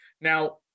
Now